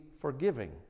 forgiving